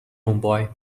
homeboy